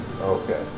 Okay